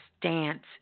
dance